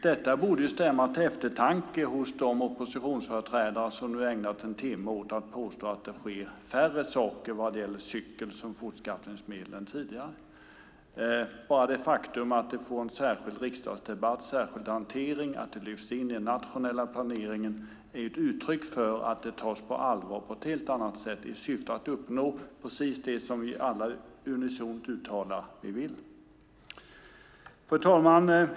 Det borde stämma till eftertanke hos de oppositionsföreträdare som nu ägnat en timme åt att påstå att det sker färre saker vad gäller cykel som fortskaffningsmedel än tidigare. Bara det faktum att detta får en särskild riksdagsdebatt, en särskild hantering och lyfts in i den nationella planeringen är ett uttryck för att det tas på allvar på ett helt annat sätt i syfte att uppnå precis det som vi alla unisont uttalar att vi vill. Fru talman!